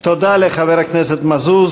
תודה לחבר הכנסת מזוז.